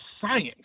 science